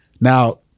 now